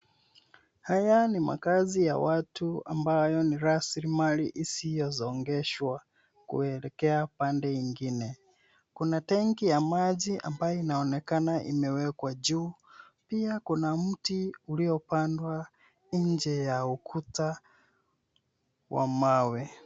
Haya ni makazi ya watu ambayo ni rasilimali isiyosongeshwa kuelekea pande nyingine. Kuna tenki ya maji ambayo inaonekana imewekwa juu, pia kuna mti uliopandwa nje ya ukuta wa mawe.